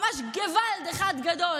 ממש געוואלד אחד גדול.